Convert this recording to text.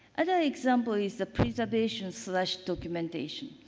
and example is the preservation so like documentation.